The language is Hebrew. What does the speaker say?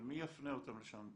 אבל מי יפנה אותם לשם?